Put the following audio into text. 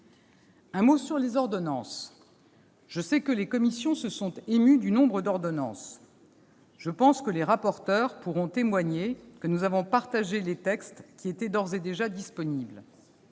un mot sur les ordonnances. Je sais que les commissions se sont émues du nombre d'ordonnances. Les rapporteurs pourront en témoigner, nous avons partagé les textes qui étaient d'ores et déjà disponibles.